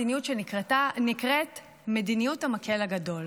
לו הייתה מדיניות שנקראת "מדיניות המקל הגדול".